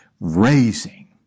raising